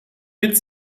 mit